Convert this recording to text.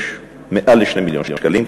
יש מעל 2 מיליון שקלים,